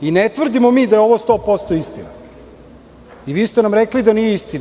Ne tvrdimo mi da je ovo 100% istina i vi ste nam rekli da nije istina.